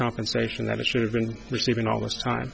compensation that it should have been receiving all this time